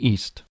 East